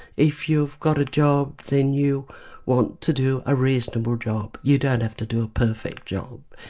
if you've got a job then you want to do a reasonable job, you don't have to do a perfect job.